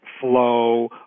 flow